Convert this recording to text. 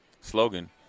slogan